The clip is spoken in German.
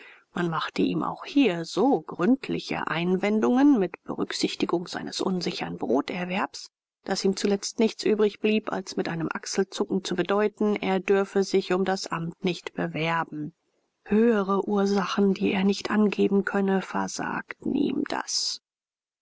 man machte ihm auch hier so gründliche einwendungen mit berücksichtigung seines unsichern broterwerbs daß ihm zuletzt nichts übrig blieb als mit einem achselzucken zu bedeuten er dürfe sich um das amt nicht bewerben höhere ursachen die er nicht angeben könne versagten ihm das